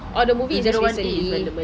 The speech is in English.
oh the movie is just recently